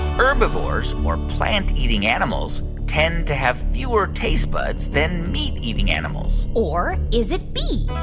herbivores or plant-eating animals tend to have fewer taste buds than meat-eating animals? or is it b,